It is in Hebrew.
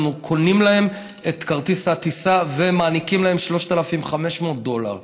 אנחנו קונים להם את כרטיס הטיסה ומעניקים להם 3,500 דולר.